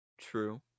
True